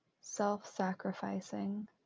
self-sacrificing